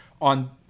on